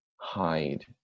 hide